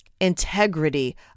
integrity